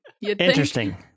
Interesting